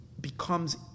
becomes